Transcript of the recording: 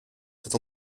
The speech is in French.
cette